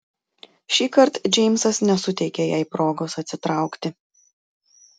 šįkart džeimsas nesuteikė jai progos atsitraukti